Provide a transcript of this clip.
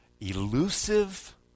elusive